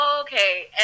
okay